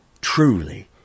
truly